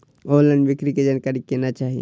Online बिक्री के जानकारी केना चाही?